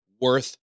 worth